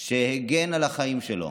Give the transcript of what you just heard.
שהגן על החיים שלו,